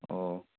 ꯑꯣ